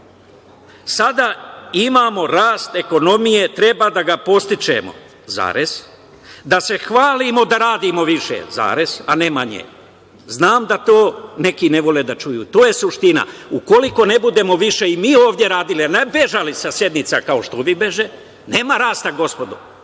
„Sada imamo rast ekonomije, treba da ga podstičemo, da se hvalimo da radimo više, a ne manje, znam da to neki ne vole da čuju. To je suština.“ Ukoliko ne budemo više i mi ovde radili, a ne bežali sa sednica kao što ovi beže nema rasta gospodo